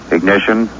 Ignition